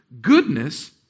goodness